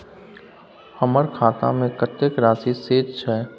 हमर खाता में कतेक राशि शेस छै?